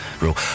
rule